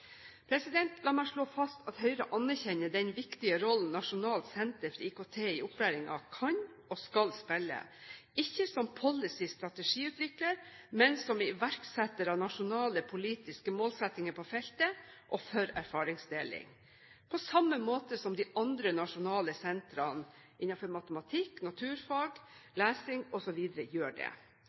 La meg slå fast at Høyre anerkjenner den viktige rollen nasjonalt Senter for IKT i utdanningen kan og skal spille, ikke som policy strategiutvikler, men som iverksetter av nasjonale politiske målsettinger på feltet og for erfaringsdeling – på samme måte som de andre nasjonale sentrene innenfor matematikk, naturfag, lesing osv. gjør det.